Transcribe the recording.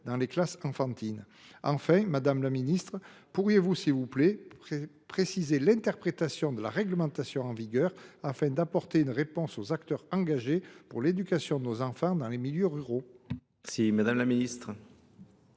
dans les classes enfantines. Ainsi, madame la ministre, pourriez vous préciser l’interprétation de la réglementation en vigueur afin d’apporter une réponse aux acteurs engagés pour l’éducation de nos enfants dans les milieux ruraux ? La parole est à Mme la ministre.